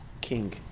King